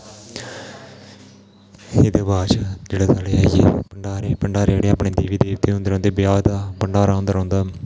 एह्दे बाद च जेह्ड़ा भंडारे अपने देवी देवतें होंदे रौंह्दे ब्याह् दा भडांरा होंदा